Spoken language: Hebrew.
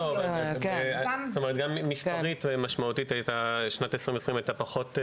גם מספרית, משמעותי שנת 2020 הייתה פחות,